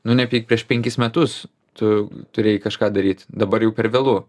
nu nepyk prieš penkis metus tu turėjai kažką daryt dabar jau per vėlu